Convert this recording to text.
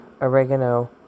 oregano